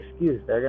excuse